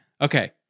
Okay